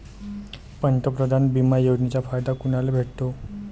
पंतप्रधान बिमा योजनेचा फायदा कुनाले भेटतो?